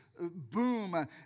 boom